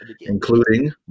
including